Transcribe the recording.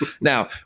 Now